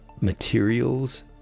materials